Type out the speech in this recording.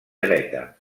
dreta